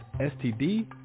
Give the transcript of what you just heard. STD